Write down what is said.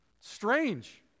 Strange